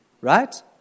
Right